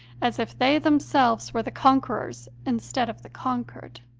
as if they themselves were the con querors instead of the conquered.